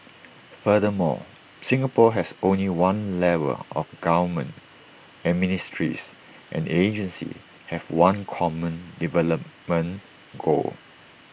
furthermore Singapore has only one level of government and ministries and agencies have one common development goal